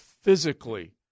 physically